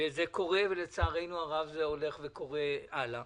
וזה קורה, ולצערנו הרב זה הולך וקורה הלאה,